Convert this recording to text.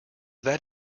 that